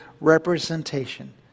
representation